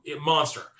monster